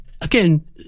again